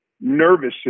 nervous